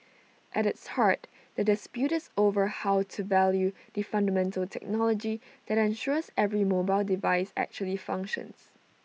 at its heart the dispute is over how to value the fundamental technology that ensures every mobile device actually functions